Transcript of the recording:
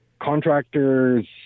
Contractors